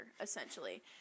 essentially